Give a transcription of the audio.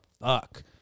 fuck